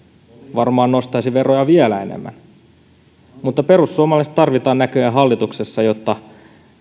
varmaan nostaisi veroja vielä enemmän mutta perussuomalaiset tarvitaan näköjään hallituksessa jotta